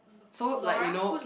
so like you know